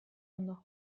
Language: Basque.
ondo